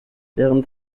während